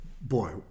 boy